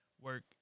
work